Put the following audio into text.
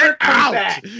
out